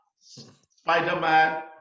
Spider-Man